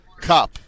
cup